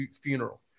funeral